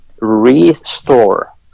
restore